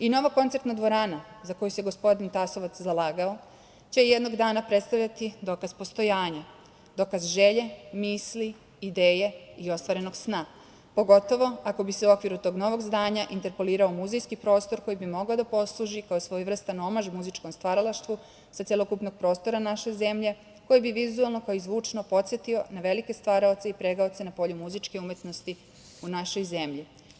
I nova koncertna dvorana, za koju se gospodin Tasovac zalagao, će jednog dana predstavljati dokaz postojanja, dokaz želje, misli, ideje i ostvarenog sna, pogotovo ako bi se u okviru tog novog zdanja interpolirao muzejski prostor koji bi mogao da posluži kao svojevrstan omaž muzičkom stvaralaštvu sa celokupnog prostora naše zemlje koji bi vizuelno, kao i zvučno podsetio na velike stvaraoce i pregaoce na polju muzičke umetnosti u našoj zemlji.